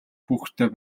хүүхэдтэй